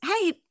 hey